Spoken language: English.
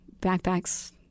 backpacks